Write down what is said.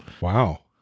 wow